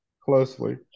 closely